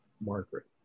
Margaret